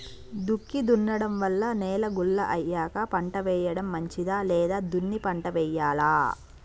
దుక్కి దున్నడం వల్ల నేల గుల్ల అయ్యాక పంట వేయడం మంచిదా లేదా దున్ని పంట వెయ్యాలా?